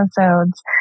episodes